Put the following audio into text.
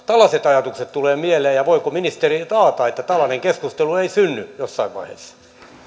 tällaiset ajatukset tulevat mieleen ja voiko ministeri taata että tällainen keskustelu ei synny jossain vaiheessa